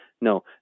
No